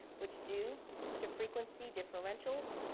which, due to frequency differentials,